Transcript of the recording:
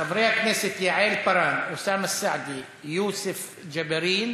חברי הכנסת יעל פארן, אוסאמה סעדי ויוסף ג'בארין